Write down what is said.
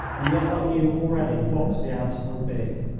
and yet i knew already what the answer would be.